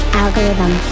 algorithm